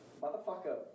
motherfucker